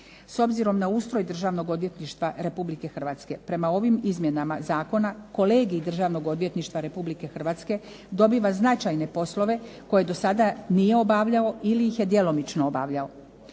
S obzirom na ustroj Državnog odvjetništva Republike Hrvatske ovim izmjenama zakona kolegij Državnog odvjetništva Republike Hrvatske dobiva značajne poslove koje do sada nije obavljao ili ih je djelomično obavljao.